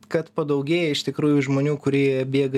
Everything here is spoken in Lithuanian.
kad padaugėja iš tikrųjų žmonių kurie bėga